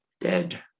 dead